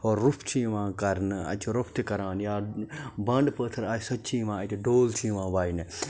اور روٚف چھ یِوان کَرنہٕ اَتہِ چھِ روٚف تہِ کَران یا بانٛڈٕ پٲتھٕر آسہِ سۄ تہِ چھِ یِوان اَتہِ ڈول چھِ یِوان واینہٕ